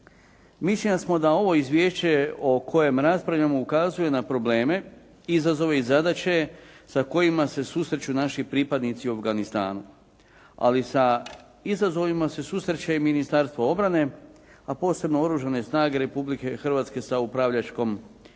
Mišljenja smo da ovo izvješće o kojem raspravljamo ukazuje na probleme, izazove i zadaće sa kojima se susreću naši pripadnici u Afganistanu, ali sa izazovima se susreće i Ministarstvo obrane, a posebno Oružane snage Republike Hrvatske sa upravljačkom i